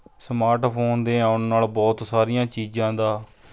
smart phone ਦੇ ਆਉਣ ਨਾਲ ਬਹੁਤ ਸਾਰੀਆਂ ਚੀਜ਼ਾਂ ਦਾ